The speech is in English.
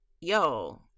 Yo